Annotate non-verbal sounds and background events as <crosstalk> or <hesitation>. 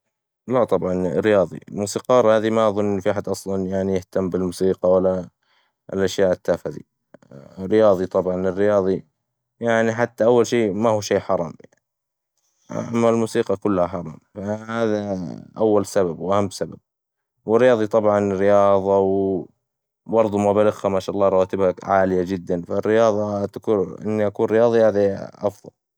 لا طبعاً، رياظي، موسيقار هاذي ما اظن في أحد أصلاً يعني يهتم بالموسيقى ولا الأشياء التافهة دي ، رياظي طبعاً، الرياظي يعني حتى أول شي ما هو شي حرام، أما الموسيقى كلها حرام، هذا أول سبب، وأهم سبب، ورياظي طبعاً الرياظة و <hesitation> برظو مبالغها ما شاء الله، رواتبها عالية جداً، فالرياظة تكو- إني أكون رياظي هذي أفظل.